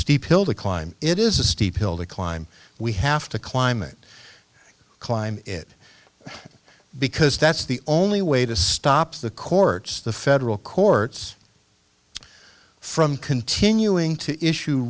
steep hill to climb it is a steep hill to climb we have to climb it climb it because that's the only way to stop the courts the federal courts from continuing to issue